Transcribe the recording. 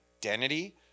identity